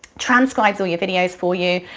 transcribes all your videos for you.